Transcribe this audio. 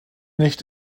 nicht